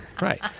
Right